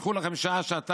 קחו לכם שעה-שעתיים